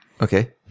Okay